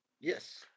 Yes